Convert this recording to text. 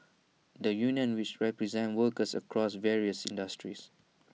the union which represents workers across various industries